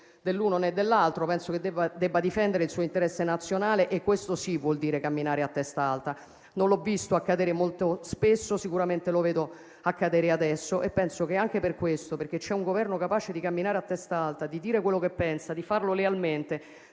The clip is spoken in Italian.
dell'uno, né dell'altro. Penso che debba difendere il suo interesse nazionale e, questo sì, vuol dire camminare a testa alta. Non l'ho visto accadere molto spesso, sicuramente lo vedo accadere adesso e penso che anche per questo, perché c'è un Governo capace di camminare a testa alta e di dire quello che pensa, di farlo lealmente,